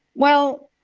well,